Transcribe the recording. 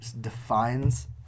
defines